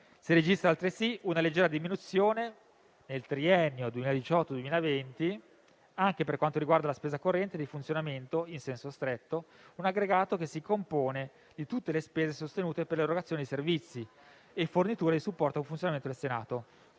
Si registra altresì una leggera diminuzione nel triennio 2018-2020 anche per quanto riguarda la spesa corrente di funzionamento in senso stretto. Tale aggregato si compone di tutte le spese sostenute per l'erogazione di servizi e forniture di supporto al funzionamento del Senato,